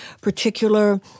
particular